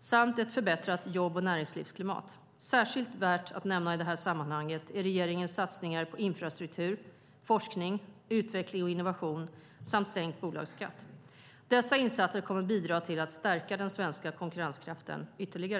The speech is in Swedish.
samt ett förbättrat jobb och näringslivsklimat. Särskilt värt att nämna i det här sammanhanget är regeringens satsningar på infrastruktur, forskning, utveckling och innovation samt sänkt bolagsskatt. Dessa insatser kommer att bidra till att stärka den svenska konkurrenskraften ytterligare.